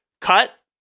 cut